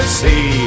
see